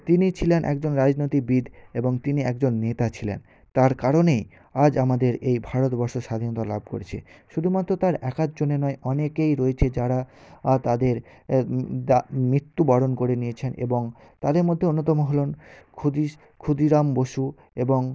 তিনি ছিলেন একজন রাজনীতিবিদ এবং তিনি একজন নেতা ছিলেন তার কারণে আজ আমাদের এই ভারতবর্ষ স্বাধীনতা লাভ করেছে শুধুমাত্র তার একার জন্যে নয় অনেকেই রয়েছে যারা তাদের বা মৃত্যু বরণ করে নিয়েছেন এবং তাদের মধ্যে অন্যতম হলেন ক্ষুদিরাম বসু এবং